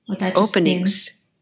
openings